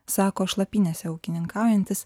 sako šlapynėse ūkininkaujantis